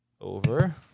Over